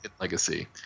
legacy